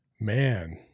Man